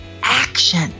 action